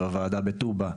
בוועדה בטובא.